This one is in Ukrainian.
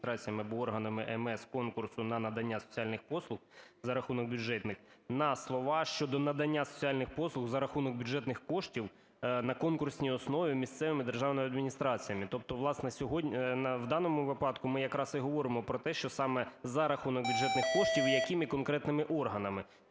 адміністраціями або органами МС конкурсу на надання соціальних послуг за рахунок бюджетних…" на слова "щодо надання соціальних послуг за рахунок бюджетних коштів на конкурсній основі місцевими державними адміністраціями". Тобто, власне, в даному випадку ми якраз і говоримо, що саме за рахунок бюджетних коштів і якими конкретними органами.